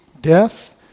death